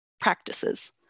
practices